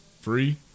Free